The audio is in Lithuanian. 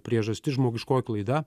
priežastis žmogiškoji klaida